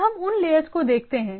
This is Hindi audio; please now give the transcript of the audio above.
अब हम इन लेअर्स को देखते हैं